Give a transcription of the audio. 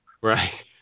Right